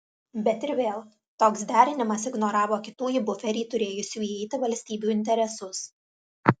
bet ir vėl toks derinimas ignoravo kitų į buferį turėjusių įeiti valstybių interesus